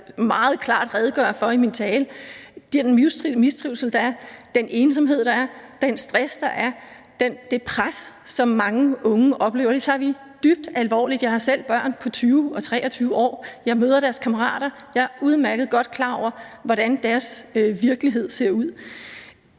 meget klart redegør for i min tale. Den mistrivsel, der er, den ensomhed, der er, den stress, der er, det pres, som mange unge oplever, tager vi dybt alvorligt. Jeg har selv børn på 20 og 23 år. Jeg møder deres kammerater. Jeg er udmærket godt klar over, hvordan deres virkelighed ser ud.